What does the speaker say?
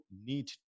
need